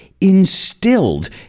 instilled